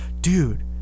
Dude